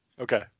Okay